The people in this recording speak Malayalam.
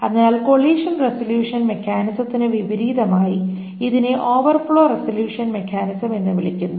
അതിനാൽ കൊളിഷൻ റെസൊല്യൂഷൻ മെക്കാനിസത്തിനു വിപരീതമായി ഇതിനെ ഓവർഫ്ലോ റെസല്യൂഷൻ മെക്കാനിസം എന്ന് വിളിക്കുന്നു